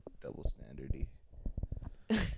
double-standard-y